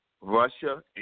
Russia